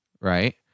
Right